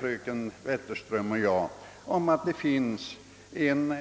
Fröken Wetterström och jag är eniga om att det finns kanske inte